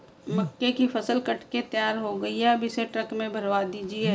मक्के की फसल कट के तैयार हो गई है अब इसे ट्रक में भरवा दीजिए